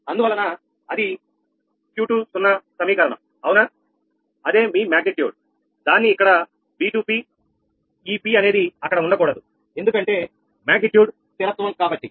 అందువలన అది 𝑄20 సమీకరణం అవునా అదే మీ మాగ్నిట్యూడ్ దాన్ని ఇక్కడ 𝑉2𝑝 ఈ పి అనేది అక్కడ ఉండకూడదు ఎందుకంటే మాగ్నిట్యూడ్ స్థిరత్వ0 కాబట్టి